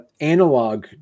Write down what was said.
analog